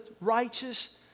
righteous